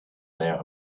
there